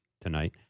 tonight